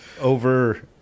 Over